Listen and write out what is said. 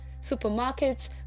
supermarkets